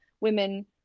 women